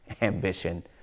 ambition